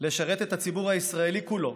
לשרת את הציבור הישראלי כולו,